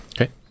Okay